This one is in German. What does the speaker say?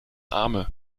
arme